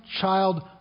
child